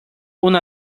una